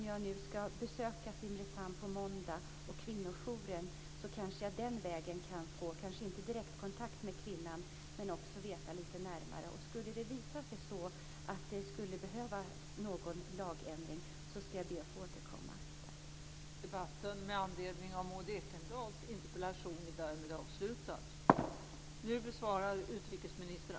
Jag ska dock på måndag besöka kvinnojouren i Simrishamn, och den vägen kan jag kanske - även om jag inte får direktkontakt med kvinnan - få veta lite mer.